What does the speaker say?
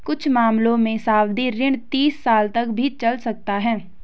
कुछ मामलों में सावधि ऋण तीस साल तक भी चल सकता है